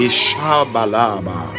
Ishabalaba